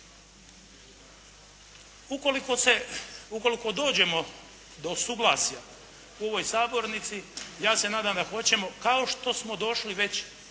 Ukoliko dođemo do suglasja u ovoj sabornici, ja se nadam da hoćemo kao što smo došli već